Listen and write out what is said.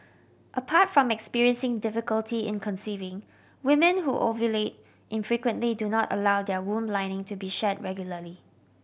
apart from experiencing difficulty in conceiving women who ovulate infrequently do not allow their womb lining to be shed regularly